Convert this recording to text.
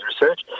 research